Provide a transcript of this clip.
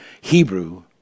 Hebrew